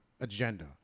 agenda